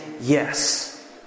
yes